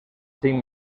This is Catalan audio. cinc